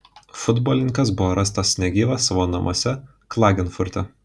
futbolininkas buvo rastas negyvas savo namuose klagenfurte